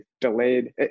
delayed